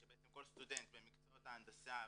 כשבעצם כל סטודנט במקצועות ההנדסה,